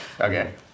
Okay